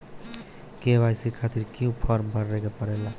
KYC खातिर क्यूं form भरे के पड़ेला?